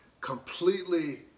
completely